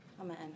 Amen